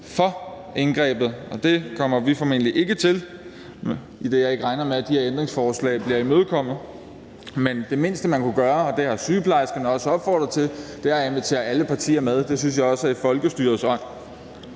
for indgrebet, og det kommer vi formentlig ikke til, idet jeg ikke regner med, at de her ændringsforslag bliver imødekommet. Men det mindste, man kunne gøre, og det har sygeplejerskerne også opfordret til, er at invitere alle partier med. Det synes jeg også er i folkestyrets ånd.